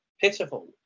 pitiful